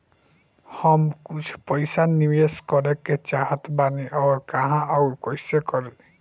हम कुछ पइसा निवेश करे के चाहत बानी और कहाँअउर कइसे करी?